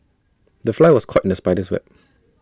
the fly was caught in the spider's web